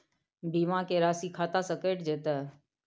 बीमा के राशि खाता से कैट जेतै?